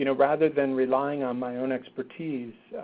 you know rather than relying on my own expertise,